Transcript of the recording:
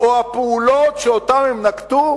או הפעולות שהם נקטו,